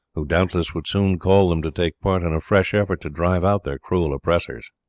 who doubtless would soon call them to take part in a fresh effort to drive out their cruel oppressors.